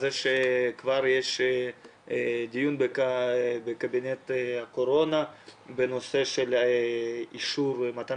זה שכבר יש דיון בקבינט הקורונה בנושא של מתן